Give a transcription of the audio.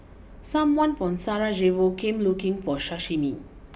someone from Sarajevo came looking for Sashimi